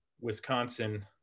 Wisconsin